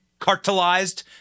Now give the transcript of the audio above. cartelized